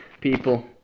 people